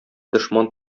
дошман